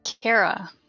Kara